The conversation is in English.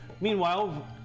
meanwhile